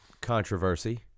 controversy